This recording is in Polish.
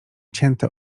cięte